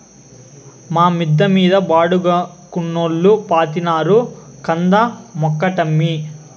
మా మిద్ద మీద బాడుగకున్నోల్లు పాతినారు కంద మొక్కటమ్మీ